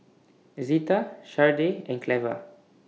Zita Shardae and Cleva